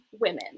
women